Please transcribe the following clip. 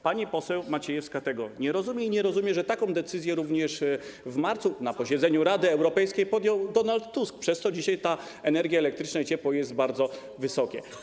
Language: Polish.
Pani poseł Maciejewska tego nie rozumie i nie rozumie, że taką decyzję również w marcu na posiedzeniu Rady Europejskiej podjął Donald Tusk, przez co dzisiaj ta energia elektryczna i ciepło są bardzo wysokie.